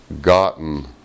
gotten